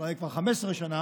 אולי כבר 15 שנה,